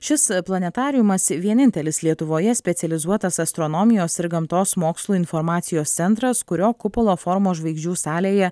šis planetariumas vienintelis lietuvoje specializuotas astronomijos ir gamtos mokslų informacijos centras kurio kupolo formos žvaigždžių salėje